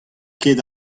ket